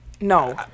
No